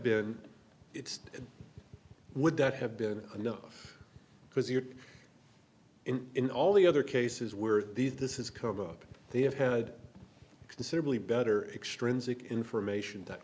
it would that have been enough because you're in in all the other cases where these this is come up they have had considerably better extrinsic information that